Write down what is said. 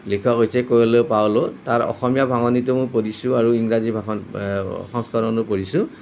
লিখক হৈছে Coelho Paulo তাৰ অসমীয়া ভাঙনিটো মই পঢ়িছোঁ আৰু ইংৰাজী সংস্কৰণো পঢ়িছোঁ